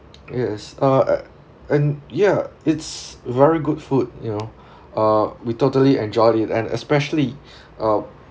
yes uh a~ and ya it's very good food you know uh we totally enjoyed it and especially uh